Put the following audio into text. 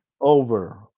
Over